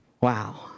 Wow